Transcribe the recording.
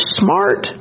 smart